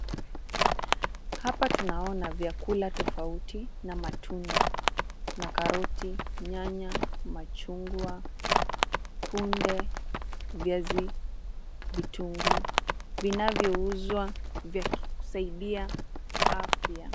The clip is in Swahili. Hapa tunaona vyakula tofauti na matunda. Kuna karoti, nyanya, machungwa, kunde, viazi, vitunguu vinavyouzwa vya kusaidia afya.